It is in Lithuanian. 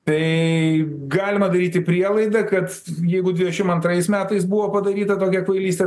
tai galima daryti prielaidą kad jeigu dvidešimt antrais metais buvo padaryta tokia kvailystė